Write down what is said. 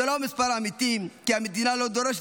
זה לא המספר האמיתי כי המדינה לא דורשת